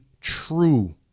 true